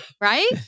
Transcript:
Right